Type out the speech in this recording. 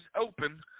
open